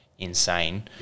Insane